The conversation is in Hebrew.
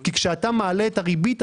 כי כשאתה מעלה את הריבית,